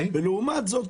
לעומת זאת,